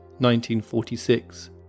1946